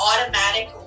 automatic